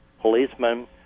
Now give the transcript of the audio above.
policemen